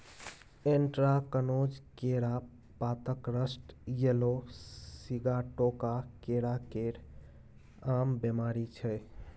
anthracnose, केरा पातक rust, yellow Sigatoka केरा केर आम बेमारी छै